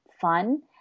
fun